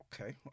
Okay